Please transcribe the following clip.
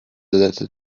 letter